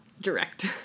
direct